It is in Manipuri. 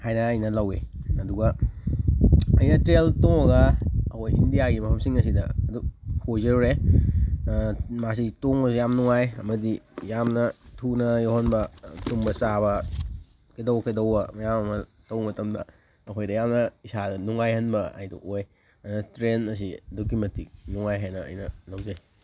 ꯍꯥꯏꯅ ꯑꯩꯅ ꯂꯧꯏ ꯑꯗꯨꯒ ꯑꯩꯅ ꯇ꯭ꯔꯦꯜ ꯇꯣꯡꯉꯒ ꯑꯩꯈꯣꯏ ꯏꯟꯗꯤꯌꯥꯒꯤ ꯃꯐꯝꯁꯤꯡ ꯑꯁꯤꯗ ꯑꯗꯨꯝ ꯀꯣꯏꯖꯔꯨꯔꯦ ꯃꯁꯤ ꯇꯣꯡꯕ ꯌꯥꯝꯅ ꯅꯨꯡꯉꯥꯏ ꯑꯃꯗꯤ ꯌꯥꯝꯅ ꯊꯨꯅ ꯌꯧꯍꯟꯕ ꯇꯨꯝꯕ ꯆꯥꯕ ꯀꯩꯗꯧ ꯀꯩꯗꯧꯕ ꯃꯌꯥꯝ ꯑꯃ ꯇꯧꯕ ꯃꯇꯝꯗ ꯑꯩꯈꯣꯏꯗ ꯌꯥꯝꯅ ꯏꯁꯥꯗ ꯅꯨꯡꯉꯥꯏꯍꯟꯕ ꯍꯥꯏꯗꯣ ꯑꯣꯏ ꯑꯗꯨꯅ ꯇ꯭ꯔꯦꯟ ꯑꯁꯤ ꯑꯗꯨꯛꯀꯤ ꯃꯇꯤꯛ ꯅꯨꯡꯉꯥꯏ ꯍꯥꯏꯅ ꯑꯩꯅ ꯂꯧꯖꯩ